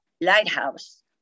lighthouse